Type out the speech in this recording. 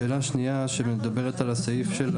שאלה שנייה שמדברת על הסעיף של